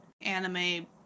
anime